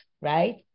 right